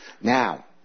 Now